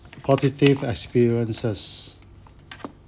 positive experiences